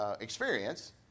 experience